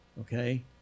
okay